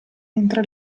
entra